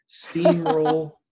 steamroll